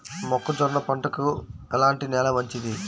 మొక్క జొన్న పంటకు ఎలాంటి నేల మంచిది?